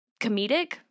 comedic